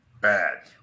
bad